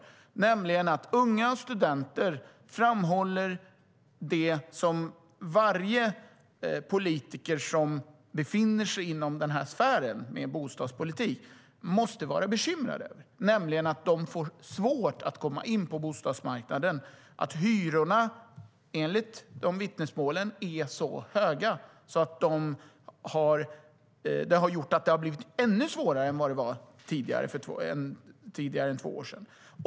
Det handlar om att unga och studenter framhåller det varje politiker som befinner sig inom sfären med bostadspolitik måste vara bekymrad över, nämligen att de får svårt att komma in på bostadsmarknaden. Hyrorna är enligt vittnesmålen så höga att det har blivit ännu svårare än tidigare, än för två år sedan.